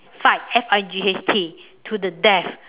fight F I G H T to the death